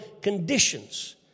Conditions